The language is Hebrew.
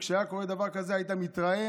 כשהיה קורה דבר כזה היית מתרעם,